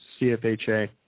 CFHA